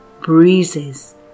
Breezes